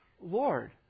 Lord